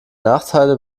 nachteile